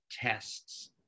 tests